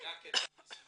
בדק את המסמכים?